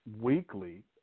weekly